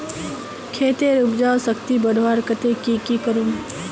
खेतेर उपजाऊ शक्ति बढ़वार केते की की करूम?